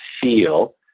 feel